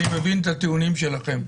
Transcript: אני מבין את הטיעונים שלכם,